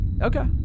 Okay